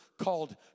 called